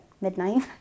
midnight